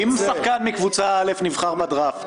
אם שחקן מקבוצה א' נבחר בדראפט,